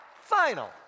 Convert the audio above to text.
final